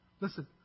listen